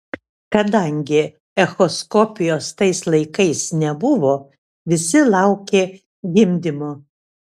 kadangi echoskopijos tais laikais nebuvo visi laukė gimdymo